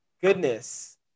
Goodness